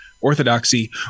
Orthodoxy